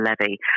levy